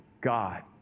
God